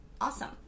awesome